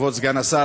כבוד סגן השר,